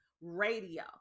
radio